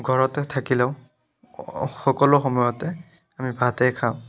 ঘৰতে থাকিলেও সকলো সময়তে আমি ভাতেই খাওঁ